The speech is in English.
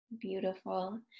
beautiful